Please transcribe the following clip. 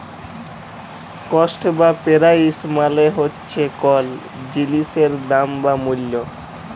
cost বা price মালে হছে কল জিলিসের দাম বা মূল্য